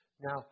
Now